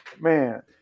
man